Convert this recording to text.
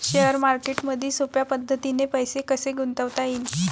Share मार्केटमधी सोप्या पद्धतीने पैसे कसे गुंतवता येईन?